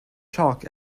chalk